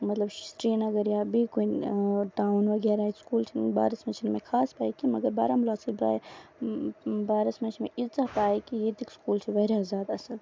مطلب سری نگر یا بییٚہِ کُنہِ ٹاوُن وغیرہ یا سکوٗل چین بارن منٛز چھےٚ نہٕ مےٚ خاص پاے کیٚںہہ مَگر بارہمولہ بارس منٛز چھِ مےٚ یٖژاہ پاے کہِ ییٚتِکۍ سکوٗل چھِ واریاہ زیادٕ اَصٕل